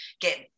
get